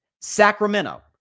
Sacramento